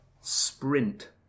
sprint